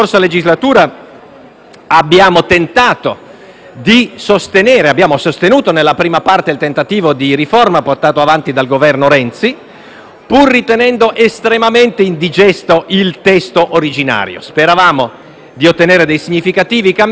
abbiamo sostenuto il tentativo di riforma portato avanti dal Governo Renzi, pur ritenendo estremamente indigesto il testo originario; speravamo di ottenere significativi cambiamenti, ma